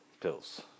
pills